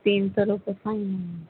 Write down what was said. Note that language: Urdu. تین سو روپے فائن ہے